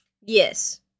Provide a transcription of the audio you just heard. Yes